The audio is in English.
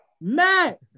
Matt